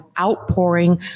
outpouring